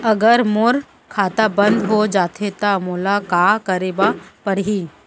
अगर मोर खाता बन्द हो जाथे त मोला का करे बार पड़हि?